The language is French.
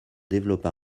développa